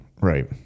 Right